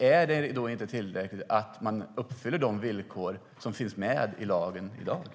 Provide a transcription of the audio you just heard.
Är det inte tillräckligt att man uppfyller de villkor som finns i lagen i dag?